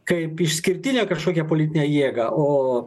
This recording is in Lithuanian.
kaip išskirtinę kažkokią politinę jėgą o